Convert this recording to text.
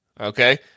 okay